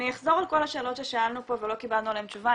אני אחזור על כל השאלות ששאלנו פה ולא קיבלנו עליהן תשובה,